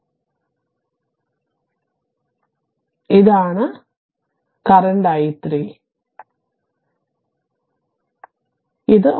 എടുത്ത V പ്രായം vt ഇതാണ് നിലവിലെ i3